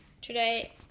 Today